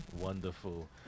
wonderful